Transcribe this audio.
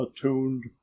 attuned